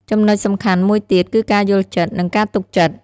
ចំណុចសំខាន់មួយទៀត គឺការយល់ចិត្ត និងការទុកចិត្ត។